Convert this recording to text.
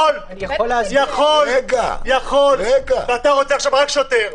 יכול, ואתה רוצה עכשיו רק שוטר.